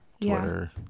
Twitter